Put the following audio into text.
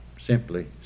simply